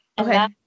Okay